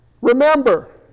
Remember